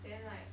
then like